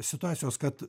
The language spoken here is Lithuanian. situacijos kad